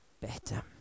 better